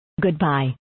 Goodbye